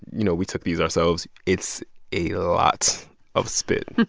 you know, we took these ourselves it's a lot of spit.